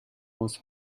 muss